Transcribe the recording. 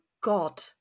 God